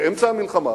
באמצע המלחמה